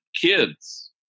kids